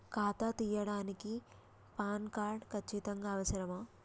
ఖాతా తీయడానికి PAN card ఖచ్చితంగా అవసరమా?